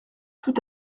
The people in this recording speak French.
tout